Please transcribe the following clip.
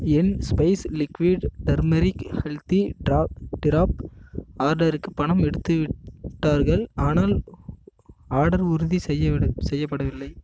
என் spice liquid turmeric healthy drop drop ஆர்டருக்கு பணம் எடுத்துவிட்டார்கள் ஆனால் ஆர்டர் உறுதி செய்யவிடு செய்யப்படவில்லை